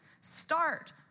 Start